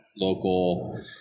local